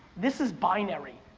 this is binary.